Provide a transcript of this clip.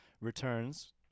returns